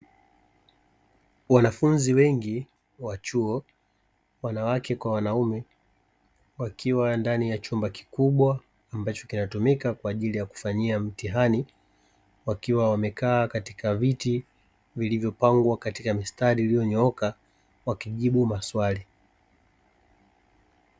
Wanafunzi wengi wa chuo wanawake kwa wanaume wakiwa ndani ya chumba kikubwa ambacho kina tumika kwa ajili ya kufanyia mtihani, wakiwa wamekaa katika viti vilivyopangwa kwenye mistari iliyonyooka wakijibu maswali.